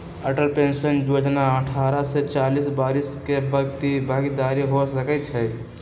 Atal pension जोजना अठारह से चालीस वरिस के व्यक्ति भागीदार हो सकइ छै